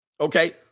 Okay